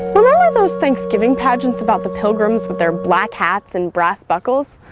remember those thanksgiving pageants about the pilgrims with their black hats and brass buckles?